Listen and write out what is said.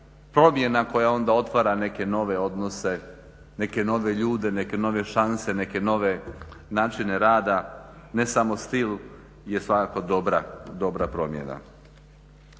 promjena koja onda otvara neke nove odnose, neke nove ljude, neke nove šanse, neke nove načine rada, ne samo stil je svakako dobra promjena.